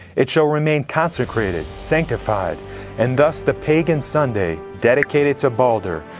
it shall remain consecrated, sanctified and thus the pagan sunday, dedicated to balder,